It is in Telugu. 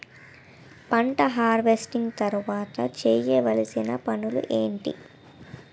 పంట హార్వెస్టింగ్ తర్వాత చేయవలసిన పనులు ఏంటి?